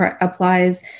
applies